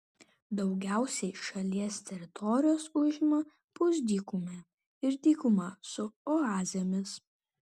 daugiausiai šalies teritorijos užima pusdykumė ir dykuma su oazėmis